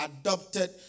adopted